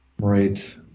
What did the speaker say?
Right